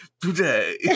today